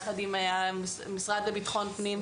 יחד עם המשרד לבטחון פנים,